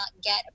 get